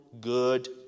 good